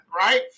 Right